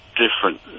different